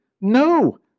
No